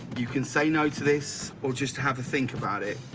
you can say no to this or just have a think about it.